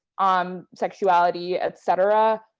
um sexuality, etc,